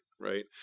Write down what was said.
right